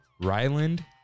Ryland